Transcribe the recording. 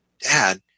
dad